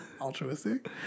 altruistic